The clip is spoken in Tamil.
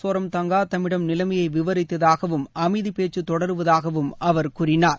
சோரம்தங்கா தம்மிடம் நிலைமையை விவரித்ததாகவும் அமைதிப் பேச்சு தொடருவதாக அவர் கூறினார்